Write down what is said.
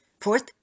Fourth